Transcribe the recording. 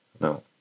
no